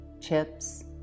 chips